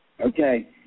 Okay